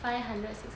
five hundred sixty